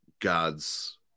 god's